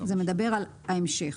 זה מדבר על ההמשך.